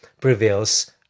prevails